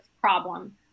problem